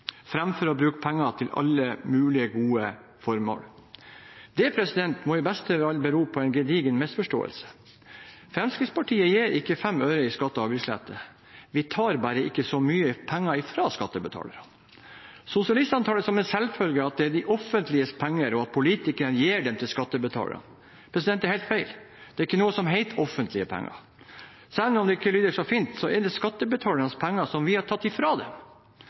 framfor å bruke pengene på alle mulige gode formål. Det må i beste fall bero på en gedigen misforståelse. Fremskrittspartiet gir ikke fem øre i skattelette eller avgiftslette – vi tar bare ikke så mye penger fra skattebetalerne. Sosialistene tar det som en selvfølge at det er de offentliges penger, og at politikerne gir dem til skattebetalerne. Det er helt feil, det er ikke noe som heter offentlige penger. Selv om det ikke lyder så fint, er det vi som har tatt